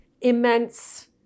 immense